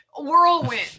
whirlwind